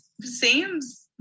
seems